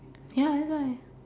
ya that's why